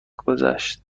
گذشت